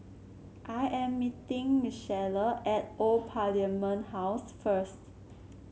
I am meeting Michaela at Old Parliament House first